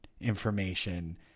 information